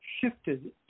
shifted